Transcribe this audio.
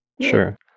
Sure